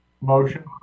Motion